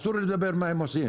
אסור לדבר מה הם עושים,